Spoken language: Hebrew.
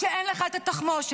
כשאין לך את התחמושת.